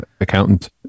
accountant